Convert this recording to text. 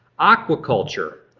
aquaculture,